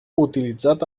utilitzat